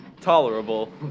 Tolerable